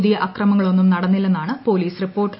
പുതിയ അക്രമങ്ങളൊന്നും നടന്നില്ലെന്നാണ് പൊലീസ് റിപ്പോർട്ട്